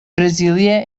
brasília